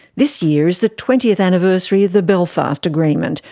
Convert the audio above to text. this year is the twentieth anniversary of the belfast agreement,